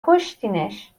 کشتینش